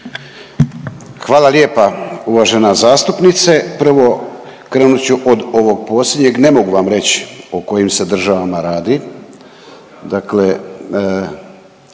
Hvala lijepa uvažena zastupnice. Prvo, krenut ću od ovog posljednjeg, ne mogu vam reći o kojim se državama radi,